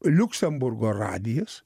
liuksemburgo radijas